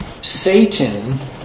Satan